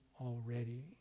already